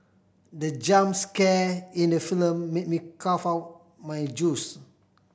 the jump scare in the film made me cough out my juice